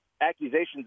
accusations